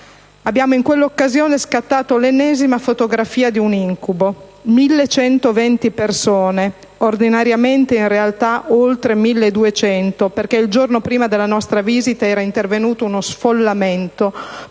Abbiamo in quell'occasione scattato l'ennesima fotografia di un incubo: 1120 persone (ordinariamente, in realtà, oltre 1200, perché il giorno prima della nostra visita era intervenuto uno "sfollamento" per